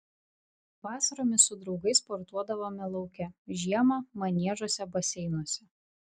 vasaromis su draugais sportuodavome lauke žiemą maniežuose baseinuose